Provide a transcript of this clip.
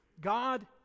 God